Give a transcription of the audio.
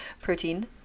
protein